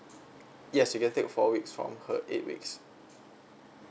yes you can take four weeks from her eight weeks